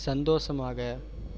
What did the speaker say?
சந்தோஷமாக